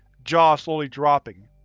jaw slowly dropping.